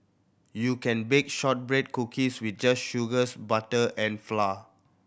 you can bake shortbread cookies with just sugars butter and flour